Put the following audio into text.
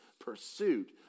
pursuit